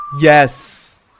Yes